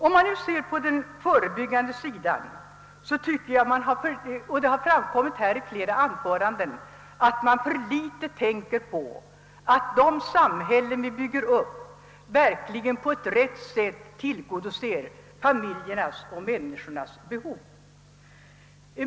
Om man nu ser på den förebyggande sidan, något som också tagits upp i flera anföranden, visar det sig att man för litet tänker på att det samhälle vi bygger upp verkligen på ett rätt sätt till godoser familjernas och människornas behov.